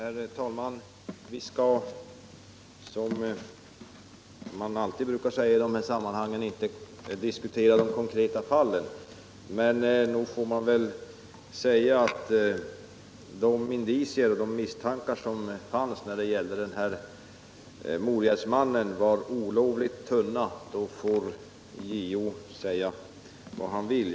Herr talman! Vi skall, som man alltid brukar säga i dessa sammanhang, inte diskutera de konkreta fallen. Men nog får man väl säga att de indicier och misstankar som fanns när det gäller Morjärvsmannen var olovligt tunna; sedan får JO säga vad han vill.